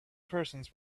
persons